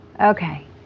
Okay